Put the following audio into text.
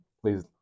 please